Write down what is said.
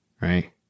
Right